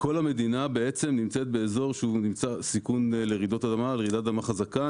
וכל המדינה בעצם נמצאת בסיכון לרעידות אדמה ולרעידת אדמה חזקה.